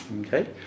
Okay